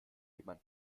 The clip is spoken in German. jemand